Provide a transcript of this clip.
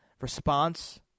response